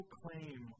claim